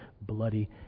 bloody